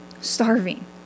starving